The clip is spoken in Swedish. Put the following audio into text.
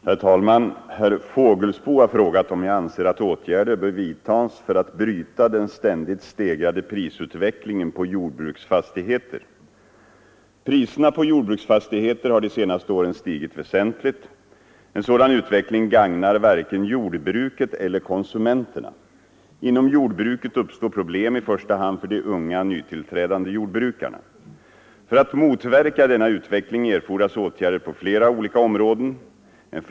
Herr talman! Herr Fågelsbo har frågat om jag anser att åtgärder bör vidtas för att bryta den ständigt stegrade prisutvecklingen på jordbruksfastigheter. Priserna på jordbruksfastigheter har de senaste åren stigit väsentligt. En sådan utveckling gagnar varken jordbrukare eller konsumenter. Inom jordbruket uppstår problem i första hand för de unga nytillträdande jordbrukarna. För att motverka denna utveckling erfordras åtgärder på flera olika områden.